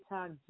Talk